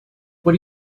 what